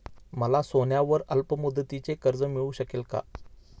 मला सोन्यावर अल्पमुदतीचे कर्ज मिळू शकेल का?